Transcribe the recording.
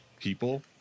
people